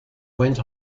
went